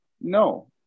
no